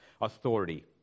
authority